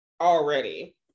already